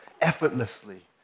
Effortlessly